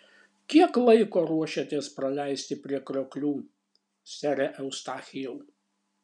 kiek laiko ruošiatės praleisti prie krioklių sere eustachijau